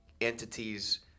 entities